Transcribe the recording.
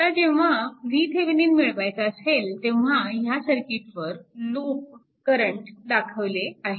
आता जेव्हा VThevenin मिळवायचा असेल तेव्हा ह्या सर्किटवर लूप करंट दाखवले आहेत